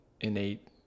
innate